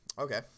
Okay